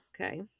Okay